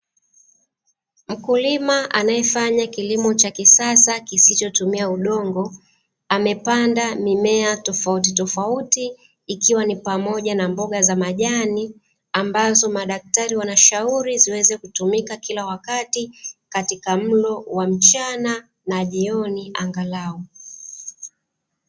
Mkulima anaefanya kilimo cha kisasa kisichotumia udongo, amepanda mimea tofautitofauti ikiwa ni pamoja na mboga za majani. Ambazo madaktari wana shauri ziweze kutumika kila wakati katika mlo wa mchana na jioni angalau.